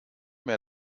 mehr